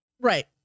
Right